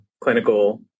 clinical